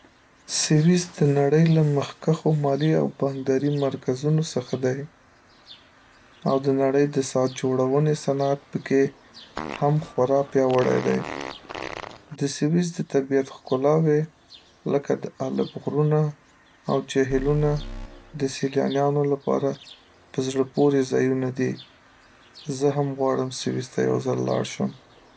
سویس د نړۍ یو له مخکښو مالي او بانکداري مرکزونو څخه دی، او د نړۍ د ساعت جوړونې صنعت په کې هم خورا پیاوړی دی. د سویس د طبیعت ښکلاوې لکه د آلپ غرونه او جهیلونه د سیلانیانو لپاره په زړه پورې ځایونه دي. زه هم غواړم سویس ته یوځل لاړ شم.